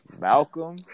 Malcolm